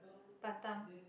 Batam